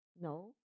no